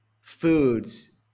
foods